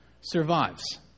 survives